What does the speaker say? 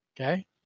okay